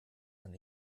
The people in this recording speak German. man